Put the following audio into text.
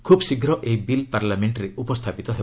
ଖୁବ୍ ଶୀଘ୍ର ଏହି ବିଲ୍ ପାର୍ଲାମେଷ୍ଟରେ ଉପସ୍ଥାପିତ ହେବ